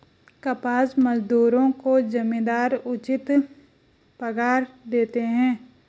कपास मजदूरों को जमींदार उचित पगार देते हैं